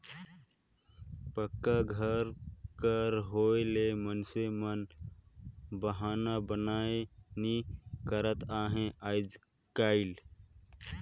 पक्का घर कर होए ले मइनसे मन बहना बनाबे नी करत अहे आएज काएल